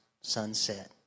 sunset